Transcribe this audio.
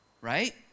Right